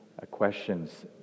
questions